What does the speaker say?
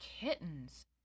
kittens